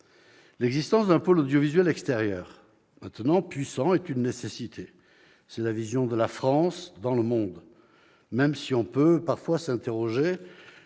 L'existence d'un pôle audiovisuel extérieur puissant est une nécessité. C'est la vision de la France dans le monde, même si on peut parfois s'interroger